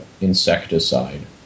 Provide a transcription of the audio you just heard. insecticide